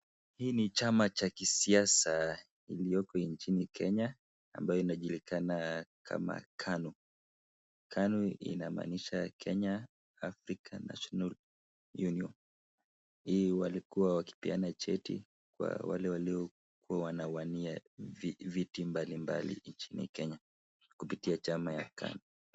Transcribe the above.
Hii ni chama Cha kisiasa iliyoko nchini Kenya ambayo inajulikana kama KANU. KANU inamaamisha kama Kenya Africa National Union. Hii walikuwa wakipeana cheti kwa wale walikuwa wanawania vitu mbali mbali nchini Kenya kutumia chama ya KANU.